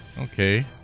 Okay